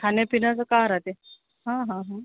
खाण्यापिण्याचा काय राहते हां हां हां